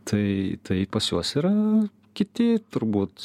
tai tai pas juos yra kiti turbūt